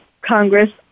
Congress